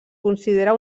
considera